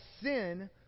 sin